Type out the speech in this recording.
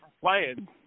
playing